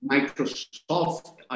Microsoft